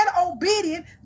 obedient